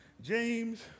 James